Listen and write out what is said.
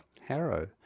Harrow